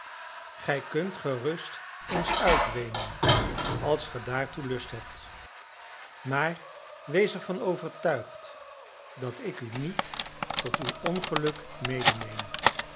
gij kunt gerust eens uitweenen als ge daartoe lust hebt maar wees er van overtuigd dat ik u niet tot uw ongeluk